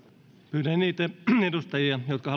pyydän niitä edustajia jotka